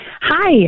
Hi